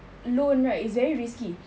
loan right is a very risky